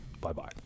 Bye-bye